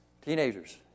Teenagers